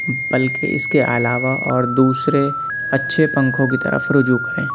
بلكہ اِس كے علاوہ اور دوسرے اچّھے پنكھوں كى طرف رجوع كريں